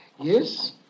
Yes